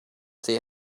see